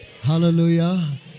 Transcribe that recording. Hallelujah